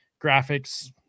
graphics